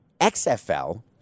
XFL